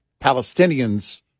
Palestinians